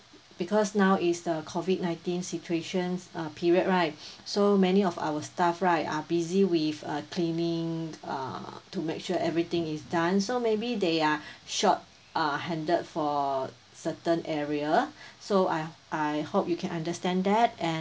because now is the COVID nineteen situations uh period right so many of our staff right are busy with uh cleaning uh to make sure everything is done so maybe they are short uh handed for certain area so I I hope you can understand that and